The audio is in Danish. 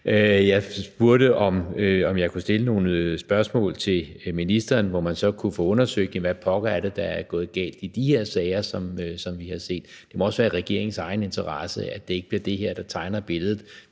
Jeg spurgte, om jeg kunne stille nogle spørgsmål til ministeren, hvor man så kunne få undersøgt, hvad pokker det er, der er gået galt i de her sager, som vi har set. Det må også være i regeringens egen interesse, at det ikke bliver det her, der tegner billedet,